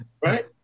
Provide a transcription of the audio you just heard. Right